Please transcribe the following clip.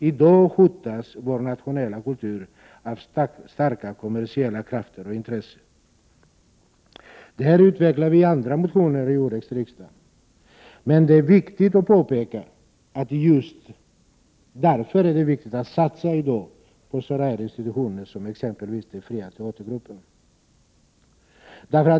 I dag hotas vår nationella kultur av starka kommersiella krafter och intressen. Detta utvecklar vi i andra motioner till årets riksdag. Men det är viktigt att påpeka att det just av denna anledning är betydelsefullt att satsa på sådana institutioner som exempelvis de fria teatergrupperna.